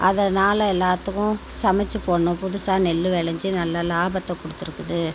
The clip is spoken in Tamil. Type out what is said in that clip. அதனால் எல்லாத்துக்கும் சமச்சி போடணும் புதுசாக நெல்லு விளஞ்சி நல்லா லாபத்தை கொடுத்துருக்குது